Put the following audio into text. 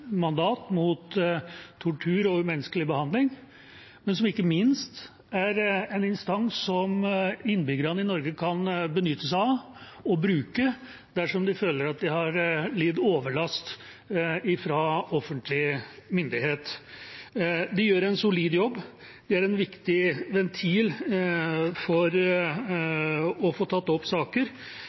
mot tortur og umenneskelig behandling, men som ikke minst er en instans som innbyggerne i Norge kan benytte seg av og bruke dersom de føler at de har lidd overlast fra offentlig myndighet. De gjør en solid jobb. De er en viktig ventil for å få tatt opp saker